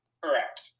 Correct